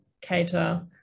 cater